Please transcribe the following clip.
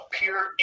appear